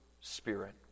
spirit